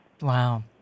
Wow